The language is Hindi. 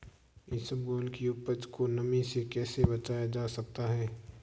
इसबगोल की उपज को नमी से कैसे बचाया जा सकता है?